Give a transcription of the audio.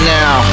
now